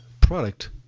Product